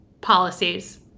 policies